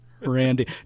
Randy